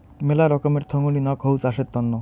মেলা রকমের থোঙনি নক হউ চাষের তন্ন